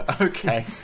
Okay